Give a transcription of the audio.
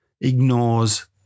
ignores